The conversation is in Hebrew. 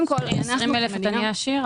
מ-20,000 אתה נהיה עשיר?